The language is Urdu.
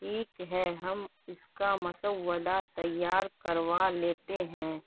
ٹھیک ہے ہم اس کا مسودہ تیار کروا لیتے ہیں